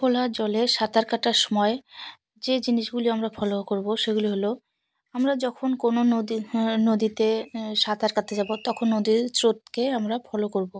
খোলা জলে সাঁতার কাটার সময় যে জিনিসগুলি আমরা ফলো করবো সেগুলি হলো আমরা যখন কোনো নদী নদীতে সাঁতার কাটতে যাবো তখন নদীর স্রোতকে আমরা ফলো করবো